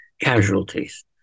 casualties